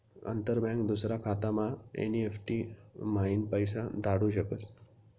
अंतर बँक दूसरा खातामा एन.ई.एफ.टी म्हाईन पैसा धाडू शकस